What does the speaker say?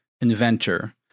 inventor